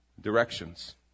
directions